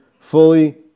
fully